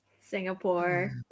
Singapore